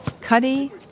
Cuddy